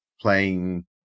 playing